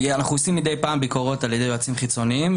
אנחנו מדי פעם עושים ביקורות על ידי יועצים חיצוניים,